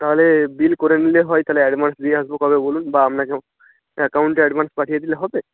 তাহলে বিল করে নিলে হয় তাহলে অ্যাডভান্স দিয়ে আসব কবে বলুন বা আপনাকে অ্যাকাউন্টে অ্যাডভান্স পাঠিয়ে দিলে হবে